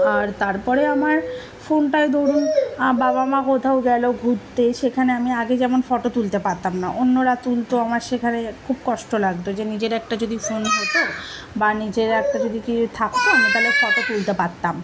আর তারপরে আমার ফোনটায় দরুন বাবা মা কোথাও গেল ঘুরতে সেখানে আমি আগে যেমন ফটো তুলতে পারতাম না অন্যরা তুলতো আমার সেখানে খুব কষ্ট লাগতো যে নিজের একটা যদি ফোন হতো বা নিজের একটা যদি কেউ থাকতো আমি তাহলে ফটো তুলতে পারতাম